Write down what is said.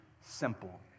simple